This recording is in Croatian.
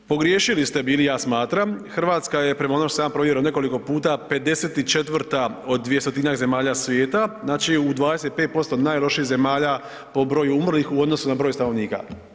Pogriješili ste bili ja smatram, Hrvatska je prema onome što sam ja provjerio nekoliko puta 54 od 200-tinjak zemalja svijeta, znači u 25% najlošijih zemalja po broju umrlih u odnosu na broj stanovnika.